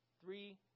three